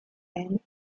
end